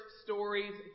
stories